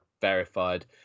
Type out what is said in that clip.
verified